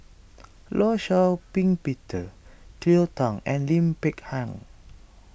Law Shau Ping Peter Cleo Thang and Lim Peng Han